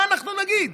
מה אנחנו נגיד?